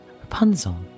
Rapunzel